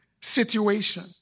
situation